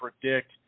predict